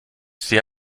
sie